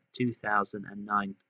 2009